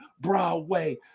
Broadway